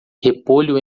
repolho